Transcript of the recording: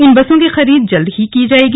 इन बसों की खरीद जल्द ही की जाएगी